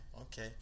okay